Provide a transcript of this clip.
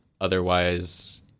otherwise